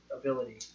ability